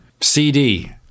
CD